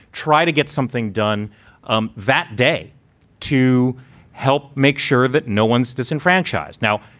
try to get something done um that day to help make sure that no one's disenfranchised. now,